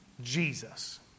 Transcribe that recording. Jesus